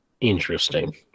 Interesting